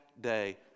day